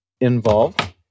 involved